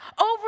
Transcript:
Over